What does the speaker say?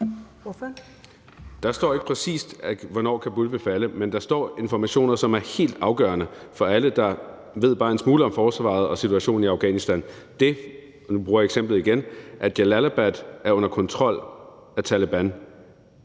Der står ikke, præcis hvornår Kabul ville falde. Men der står informationer, som er helt afgørende for alle, der ved bare en smule om forsvaret og om situationen i Afghanistan. Og nu bruger jeg igen eksemplet med, at Jalalabad er under Talebans